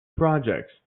projects